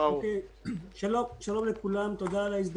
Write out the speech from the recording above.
היו עלויות מעבר לא קטנות